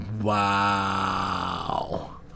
wow